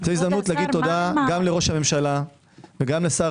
זו הזדמנות לומר תודה גם לראש הממשלה וגם לשר